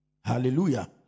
Hallelujah